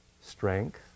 strength